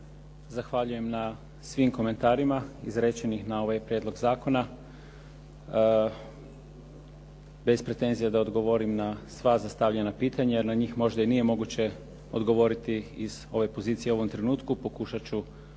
Zahvaljujem na svim komentarima izrečenim na ovaj prijedlog zakona. Bez pretenzije da odgovorim na sva postavljena pitanja jer na njih možda i nije moguće odgovoriti iz ove pozicije u ovom trenutku. Pokušati ću